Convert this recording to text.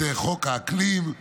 חוק האקלים.